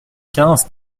quinze